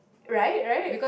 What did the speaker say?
right right